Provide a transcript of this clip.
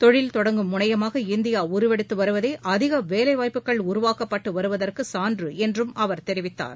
தொழில் தொடங்கும் முனையமாக இந்தியா உருவெடுத்து வருவதே அதிக வேலைவாய்ப்புக்கள் உருவாக்கப்பட்டு வருவதற்கு சான்று என்றும் அவர் தெரிவித்தார்